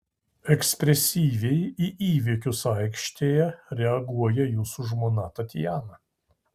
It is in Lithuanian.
ekspresyviai į įvykius aikštėje reaguoja jūsų žmona tatjana